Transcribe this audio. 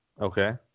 okay